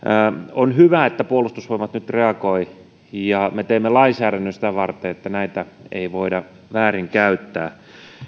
on hyvä että puolustusvoimat nyt reagoi ja me teemme lainsäädännön sitä varten että näitä ei voida väärinkäyttää